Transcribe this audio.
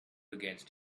against